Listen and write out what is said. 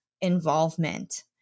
involvement